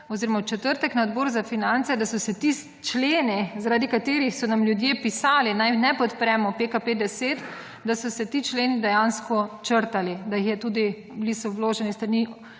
v četrtek na odboru za finance, da so se ti členi zaradi katerih so nam ljudje pisali naj ne podpremo PKP10, da so se ti členi dejansko črtal, da jih je tudi, bili so vloženi s strani